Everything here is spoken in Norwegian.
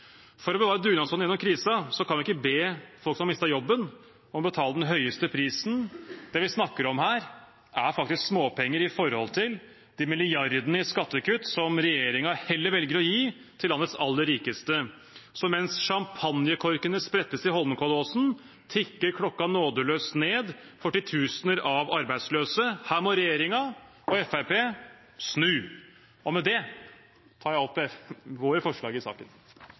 For å bevare dugnadsånden gjennom krisen kan vi ikke be folk som har mistet jobben, om å betale den høyeste prisen. Det vi snakker om her, er faktisk småpenger i forhold til de milliardene i skattekutt som regjeringen heller velger å gi til landets aller rikeste. Mens sjampanjenkorkene sprettes i Holmenkollåsen, tikker klokken nådeløst ned for titusener av arbeidsløse. Her må regjeringen og Fremskrittspartiet snu. Med det tar jeg opp våre forslag i saken.